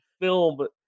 film